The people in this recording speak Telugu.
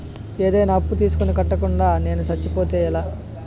ఏదైనా అప్పు తీసుకొని కట్టకుండా నేను సచ్చిపోతే ఎలా